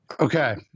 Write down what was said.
Okay